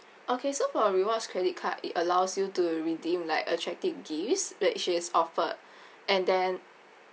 okay so for a rewards credit card it allows you to redeem like attractive gifts which is offered and then